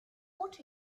what